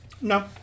No